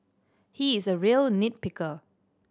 he is a real nit picker